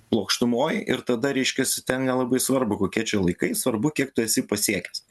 plokštumoj ir tada reiškias ten nelabai svarbu kokie čia laikai svarbu kiek tu esi pasiekęs